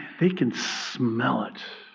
they can smell it.